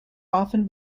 often